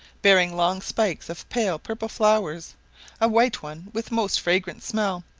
bearing long spikes of pale purple flowers a white one with most fragrant smell,